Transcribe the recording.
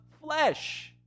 flesh